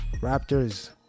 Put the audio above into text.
Raptors